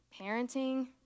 parenting